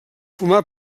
formà